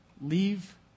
Leave